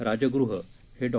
राजगृह हे डॉ